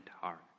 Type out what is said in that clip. heart